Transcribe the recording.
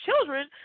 children